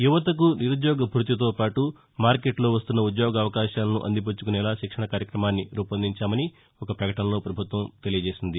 యువతకు నిరుద్యోగ భృతితోపాటు మార్కెట్లో వస్తున్న ఉద్యోగావకాశాలను అందిపుచ్చుకునేలా శిక్షణ కార్యక్రమాన్ని రూపొందించామని ప్రకటనలో పేర్కొన్నారు